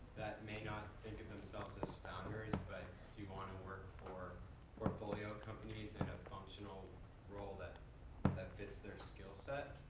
may not think of themselves as founders, but do want to work for portfolio companies in a functional role that that fits their skill set.